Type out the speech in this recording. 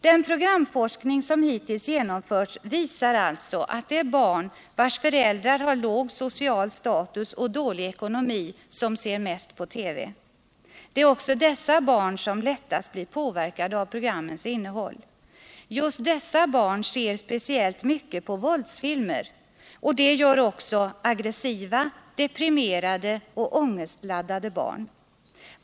Den programforskning som hittills genomförts visar alltså att det är barn vilkas föräldrar har låg social status och dålig ekonomi som ser mest på TV. Det är också dessa barn som lättast blir påverkade av programmens innehåll. Just dessa barn ser speciellt mycket på våldsfilmer — och det gör också aggressiva, deprimerade och ångestladdade barn.